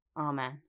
Amen